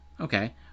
Okay